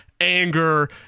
anger